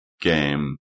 game